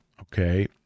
Okay